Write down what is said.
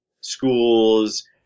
schools